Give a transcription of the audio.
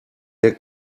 der